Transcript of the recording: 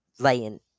laying